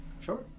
Sure